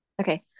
Okay